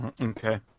Okay